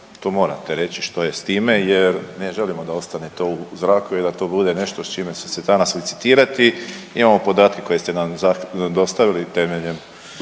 to morate reći što je s time jer ne želimo da ostane to u zraku i da to bude nešto s čime će se danas licitirati. Imamo podatke koje ste nam dostavili temeljem